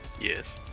Yes